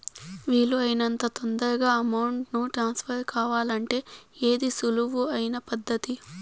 వీలు అయినంత తొందరగా అమౌంట్ ను ట్రాన్స్ఫర్ కావాలంటే ఏది సులువు అయిన పద్దతి